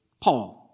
Paul